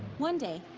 one day,